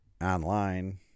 online